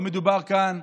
לא מדובר כאן,